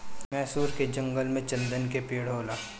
मैसूर के जंगल में चन्दन के पेड़ होला